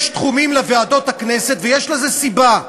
יש תחומים לוועדות הכנסת, ויש לזה סיבה,